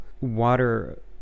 Water